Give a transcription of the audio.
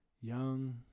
young